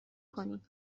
کنی